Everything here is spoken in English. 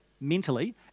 mentally